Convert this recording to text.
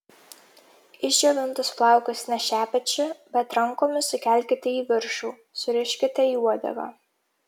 išdžiovintus plaukus ne šepečiu bet rankomis sukelkite į viršų suriškite į uodegą